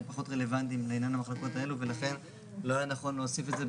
אני אשמח לדבר